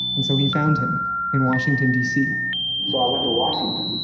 and so he found him in washington dc so i went to washington,